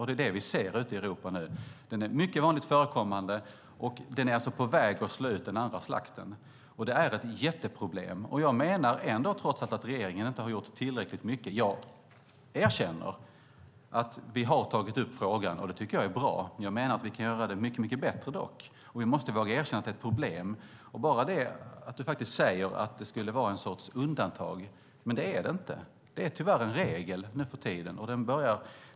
Det är det vi ser ute i Europa nu. Den är mycket vanligt förekommande och är alltså på väg att slå ut den andra slakten. Det är ett jätteproblem. Jag menar trots allt att regeringen inte har gjort tillräckligt mycket. Jag erkänner att Sverige har tagit upp frågan i EU, och det tycker jag är bra, men jag menar att vi dock kan göra det mycket bättre. Och vi måste våga erkänna att det är ett problem. Du säger att det skulle vara en sorts undantag, men det är det inte. Det är tyvärr en regel nu för tiden.